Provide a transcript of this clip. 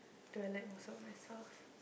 do I like most of myself